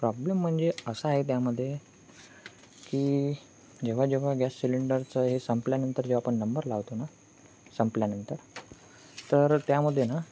problem म्हणजे असं आहे त्यामध्ये की जेव्हा जेव्हा गॅस सिलेंडरचं हे संपल्यानंतर जेव्हा आपण नंबर लावतो ना संपल्यानंतर तर त्यामध्ये ना